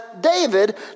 David